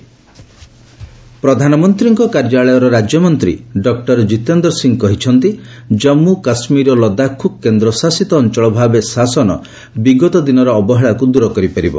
ଜିତେନ୍ଦ୍ର ଜେକେ ପ୍ରଧାନମନ୍ତ୍ରୀଙ୍କ କାର୍ଯ୍ୟାଳୟର ରାଜ୍ୟମନ୍ତ୍ରୀ ଡକୁର ଜିତେନ୍ଦ୍ର ସିଂହ କହିଛନ୍ତି ଜାମ୍ମୁ କାଶ୍ମୀର ଓ ଲଦାଖକୁ କେନ୍ଦ୍ରଶାସିତ ଅଞ୍ଚଳ ଭାବେ ଶାସନ ବିଗତ ଦିନର ଅବହେଳାକୁ ଦୂର କରିପାରିବ